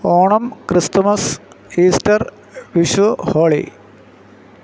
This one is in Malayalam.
Onam Christmas Easter Vishu holy